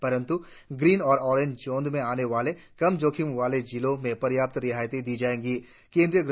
परंत् ग्रीन और ऑरेंज श्रेणी में आने वाले कम जोखिम वाले जिलों में प्रयाप्त रियायतें दी जाएंगी